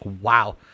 wow